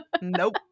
Nope